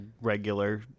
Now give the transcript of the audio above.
regular